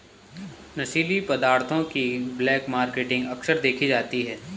नशीली पदार्थों की ब्लैक मार्केटिंग अक्सर देखी जाती है